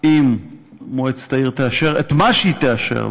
אם מועצת העיר תאשר את מה שהיא תאשר,